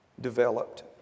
developed